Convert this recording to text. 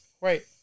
wait